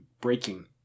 breaking